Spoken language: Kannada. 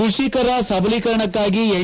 ಕ್ಕಷಿಕರ ಸಬಲೀಕರಣಕ್ಕಾಗಿ ಎನ್